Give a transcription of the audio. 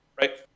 right